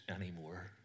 anymore